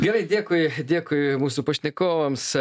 gerai dėkui dėkui mūsų pašnekovams